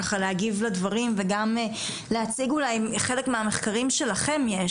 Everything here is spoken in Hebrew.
ככה להגיב לדברים וגם להציג אולי חלק מהמחקרים שלכם יש,